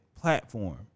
platform